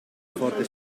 forte